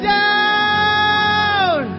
down